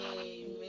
Amen